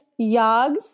yogs